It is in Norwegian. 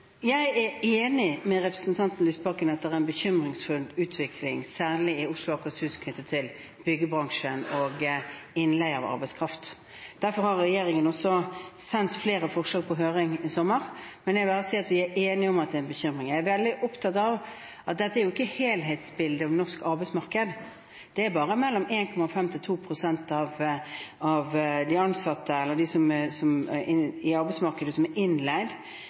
Jeg er enig med representanten Lysbakken i at det er en bekymringsfull utvikling, særlig i Oslo og Akershus, knyttet til byggebransjen og innleie av arbeidskraft. Derfor har regjeringen også sendt flere forslag på høring i sommer. Jeg vil bare si at vi er enige om at det er en bekymring. Jeg er veldig opptatt av at dette ikke er helhetsbildet av norsk arbeidsmarked. Det er bare mellom 1,5 pst. og 2 pst. av dem som er i arbeidsmarkedet, som er innleid. Det er alle de årsverkene som er